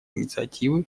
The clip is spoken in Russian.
инициативы